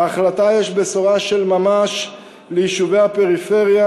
בהחלטה יש בשורה של ממש ליישובי הפריפריה,